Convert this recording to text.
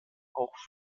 auch